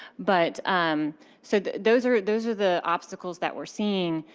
but um so those are those are the obstacles that we're seeing.